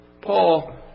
Paul